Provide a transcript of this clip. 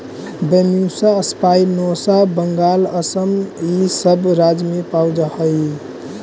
Bambusa spinosa Bengal, Assam इ सब राज्य में उपजऽ हई